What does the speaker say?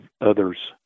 others